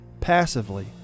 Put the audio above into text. passively